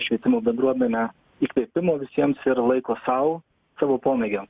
švietimo bendruomenę įkvėpimo visiems ir laiko sau savo pomėgiam